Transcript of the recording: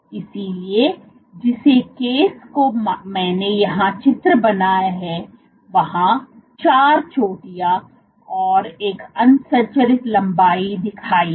इसलिए जिस केस का मैंने यहाँ चित्र बनाया है वहां 4 चोटियाँ और एक असंरचित लंबाई दिखाई हैं